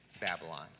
Babylon